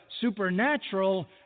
supernatural